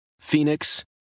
Phoenix